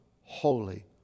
Holy